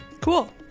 Cool